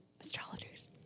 astrologers